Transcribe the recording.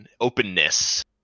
openness